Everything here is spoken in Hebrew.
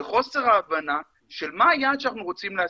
זה חוסר ההבנה של מה היעד שאנחנו רוצים להשיג.